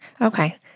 Okay